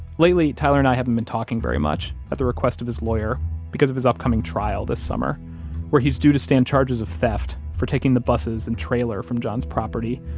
lately, tyler and i haven't been talking very much at the request of his lawyer because of his upcoming trial this summer where he's due to stand charges of theft for taking the buses and trailer from john's property,